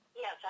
yes